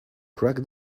crack